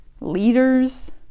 leaders